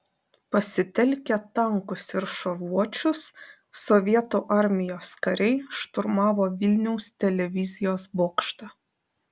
pasitelkę tankus ir šarvuočius sovietų armijos kariai šturmavo vilniaus televizijos bokštą